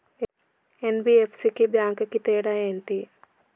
NBFC కి bank కి తేడా ఏంటి?